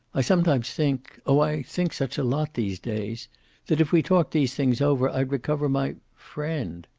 i sometimes think oh, i think such a lot these days that if we talked these things over, i'd recover my friend.